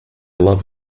love